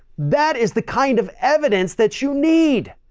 that is the kind of evidence that you need,